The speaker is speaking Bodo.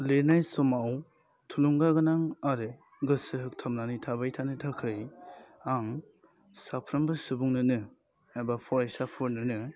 लिरनाय समाव थुलुंगा गोनां आरो गोसो होगथाबनानै थाबाय थानो थाखाय आं साफ्रोमबो सुबुंनोनो एबा फरायसाफोरनोनो